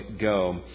go